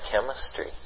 chemistry